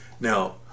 Now